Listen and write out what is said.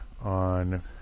on